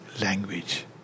language